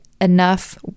enough